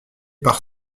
par